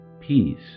Peace